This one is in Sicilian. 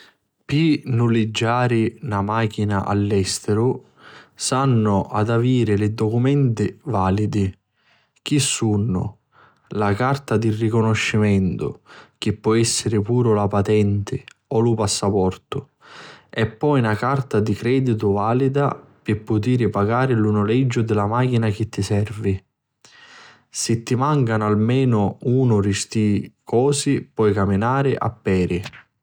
Pi nuliggiari na màchina a l'èstiru s'hannu ad aviri li documenti vàlidi, chi sunnu: La carta di ricanuscimentu chi po èssiri puru la patenti o lu passaportu e poi na carta di crèditu vàlida pi putiri pacari lu nuliggiu di la màchina chi ti servi. Si ti màncanu almenu una di sti cosi poi caminari a peri.